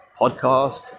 podcast